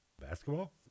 Basketball